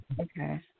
Okay